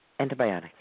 antibiotic